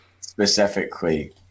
specifically